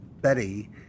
Betty